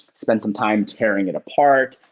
spend some time tearing it apart.